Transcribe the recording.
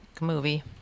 movie